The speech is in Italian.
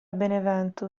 benevento